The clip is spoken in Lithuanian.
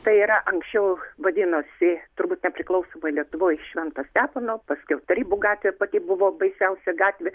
tai yra anksčiau vadinosi turbūt nepriklausomoj lietuvoj švento stepono paskiau tarybų gatvė pati buvo baisiausia gatvė